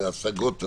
והשגות,